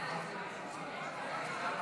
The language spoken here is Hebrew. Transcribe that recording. סיעות